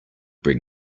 bring